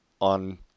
on